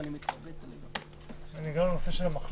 (היו"ר יעקב אשר, 10:37) אני בעמוד 2,